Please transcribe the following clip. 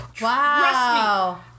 Wow